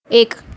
એક